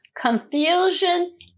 confusion